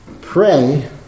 pray